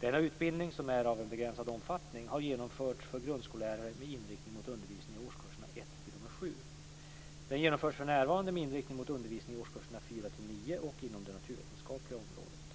Denna utbildning, som är av en begränsad omfattning, har genomförts för grundskollärare med inriktning mot undervisning i årskurserna 1-7. Den genomförs för närvarande med inriktning mot undervisning i årskurserna 4-9 och inom det naturvetenskapliga området.